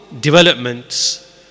developments